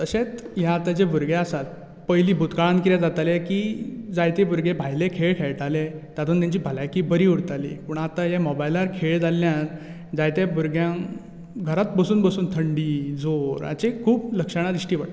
तशेंच हे आताचे भुरगे आसात पयलीं भुतकाळांत कितें जातालें की जायते भुरगे भायले खेळ खेळटाले तातूंत तांची भलायकी बरी उरताली पूण आता हे मोबायलार खेळ जाल्ल्यान जायते भुरग्यांक घरांत बसून बसून थंडी जोर हाचे खूब लक्षणां दिश्टी पडटात